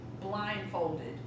blindfolded